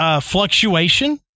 Fluctuation